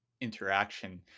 interaction